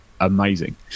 amazing